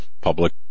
public